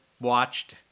watched